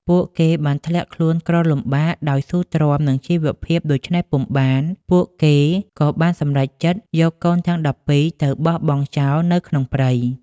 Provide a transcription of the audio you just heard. ពួកគេបានធ្លាក់ខ្លួនក្រលំបាកដោយស៊ូទ្រាំនឹងជីវភាពដូច្នេះពុំបាន ពួកគេក៏បានសម្រេចចិត្តយកកូនទាំង១២ទៅបោះបង់ចោលនៅក្នុងព្រៃ។